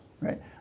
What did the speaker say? right